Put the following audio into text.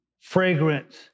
fragrance